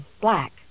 Black